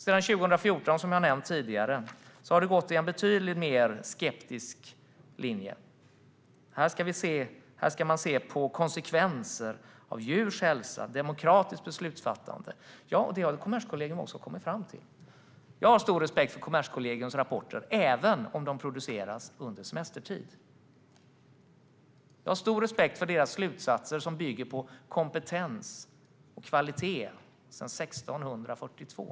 Sedan 2014 har det, som jag har nämnt tidigare, varit en betydligt mer skeptisk linje. Här ska man se på konsekvenser för djurs hälsa och demokratiskt beslutsfattande. Det har Kommerskollegium också kommit fram till. Jag har stor respekt för Kommerskollegiums rapporter även om de produceras under semestertid. Jag har stor respekt för deras slutsatser, som bygger på kompetens och kvalitet sedan 1642.